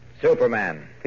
Superman